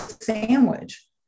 sandwich